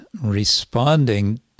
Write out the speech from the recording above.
responding